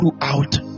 throughout